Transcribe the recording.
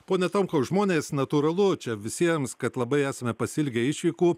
pone tomkau žmonės natūralu čia visiems kad labai esame pasiilgę išvykų